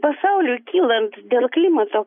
pasauliui kylant dėl klimato